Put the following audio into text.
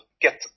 get